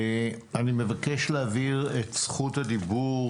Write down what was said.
אני מבקש להעביר את זכות הדיבור